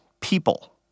people